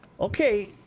Okay